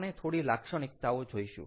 આપણે છોડી લાક્ષણિકતાઓ જોઈશું